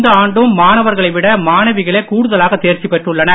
இந்த ஆண்டும் மாணவர்களை விட மாணவிகளே கூடுதலாக தேர்ச்சி பெற்றுள்ளனர்